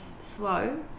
slow